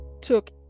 took